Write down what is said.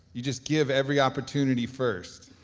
you just give every opportunity first,